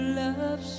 love